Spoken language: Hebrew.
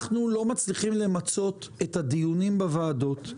אנחנו לא מצליחים למצות את הדיונים בוועדות.